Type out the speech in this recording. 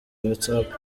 whatsapp